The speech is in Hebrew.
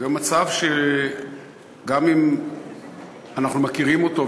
זהו מצב שגם אם אנחנו מכירים אותו,